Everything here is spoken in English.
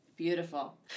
Beautiful